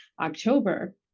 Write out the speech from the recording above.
October